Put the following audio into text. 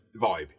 vibe